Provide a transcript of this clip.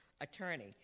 attorney